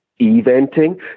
eventing